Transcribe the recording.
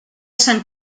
sant